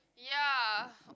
ya